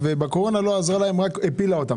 והקורונה לא עזרה להם אלא רק הפילה אותם.